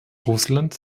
russland